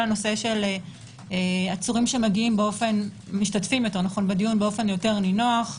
- כל הנושא של עצורים שמשתתפים בדיון באופן יותר נינוח,